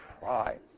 try